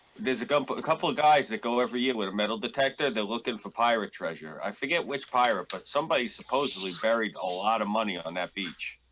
there's a couple a couple of guys that go every year with a metal detector. they're looking for pirate treasure i forget which pirate, but somebody supposedly buried a lot of money on that beach.